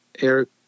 Eric